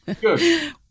Good